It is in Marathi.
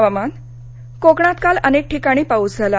हवामान कोकणात काल अनेक ठिकाणी पाऊस झाला